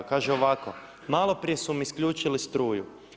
Kaže ovako „Maloprije su mi isključili struju.